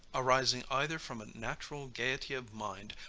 arising either from a natural gaiety of mind,